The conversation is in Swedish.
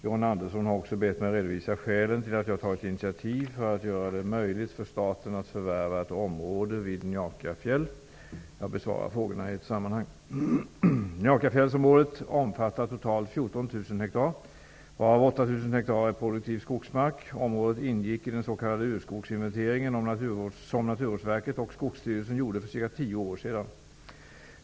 John Andersson har också bett mig redovisa skälen till att jag tagit initiativ för att göra det möjligt för staten att förvärva ett område vid Njakafjäll. Jag besvarar frågorna i ett sammanhang. Naturvårdsverket och Skogsstyrelsen gjorde för cirka tio år sedan.